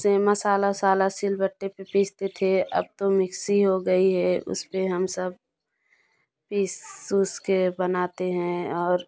से मसाला उसाल सिलबट्टे पर पीसते थे अब तो मिक्सी हो गई है उस पर हम सब पीस उस के बनाते हैं और